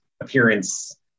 appearance